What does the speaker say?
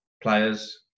players